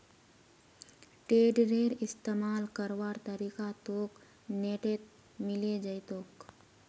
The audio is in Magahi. टेडरेर इस्तमाल करवार तरीका तोक नेटत मिले जई तोक